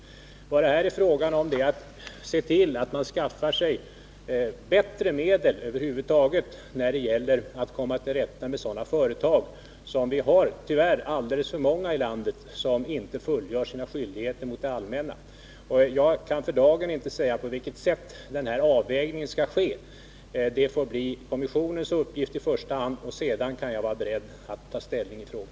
Vad det här är fråga om är att se till att skaffa bättre medel över huvud taget när det gäller att komma till rätta med sådana företag — som vi tyvärr har alldeles för många av i landet — som inte fullgör sina skyldigheter mot det allmänna. Jag kan för dagen inte säga på vilket sätt denna avvägning skall ske — det får bli kommissionens uppgift i första hand, och sedan kan jag vara beredd att ta ställning i frågan.